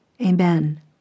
Amen